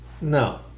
No